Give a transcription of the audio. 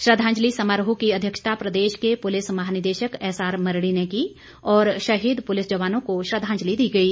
श्रद्वांजलि समरोह की अध्यक्षता प्रदेश के पुलिस महानिदेशक एस आर मरड़ी ने की और शहीद पुलिस जवानों को श्रद्वांजलि दी गई